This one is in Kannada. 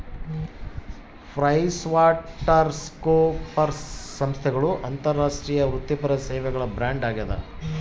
ಪ್ರೈಸ್ವಾಟರ್ಹೌಸ್ಕೂಪರ್ಸ್ ಸಂಸ್ಥೆಗಳ ಅಂತಾರಾಷ್ಟ್ರೀಯ ವೃತ್ತಿಪರ ಸೇವೆಗಳ ಬ್ರ್ಯಾಂಡ್ ಆಗ್ಯಾದ